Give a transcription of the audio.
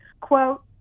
quote